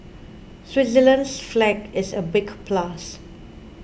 Switzerland's flag is a big plus